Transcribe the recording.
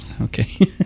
Okay